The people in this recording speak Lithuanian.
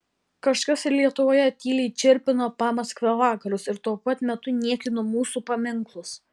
kažkas ir lietuvoje tyliai čirpino pamaskvio vakarus ir tuo pat metu niekino mūsų paminklus